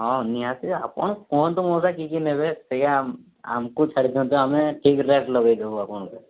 ହଁ ନିହାତି ଆପଣ କ'ଣ ତ ମଉସା କିଛି ନେବେ ସେୟା ଆମକୁ ଛାଡ଼ି ଦିଅନ୍ତୁ ଆମେ ଠିକ୍ ରେଟ୍ ଲଗାଇଦେବୁ ଆପଣଙ୍କୁ